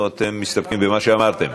או שאתם מסתפקים במה שאמרתם?